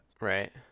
Right